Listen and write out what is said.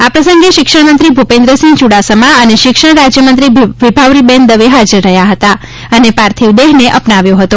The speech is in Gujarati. આ પ્રસંગે શિક્ષણમંત્રી ભૂપેન્દ્રસિંહ ચુડાસમા અને શિક્ષણ રાજ્યમંત્રી વિભાવરીબેન હાજર રહ્યા હતા અને પાર્થિવ દેહને અપનાવ્યો હતો